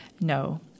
No